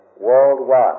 worldwide